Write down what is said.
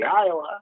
Iowa